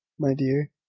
my dear.